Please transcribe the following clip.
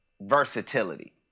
versatility